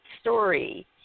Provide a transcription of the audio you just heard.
story